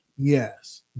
Yes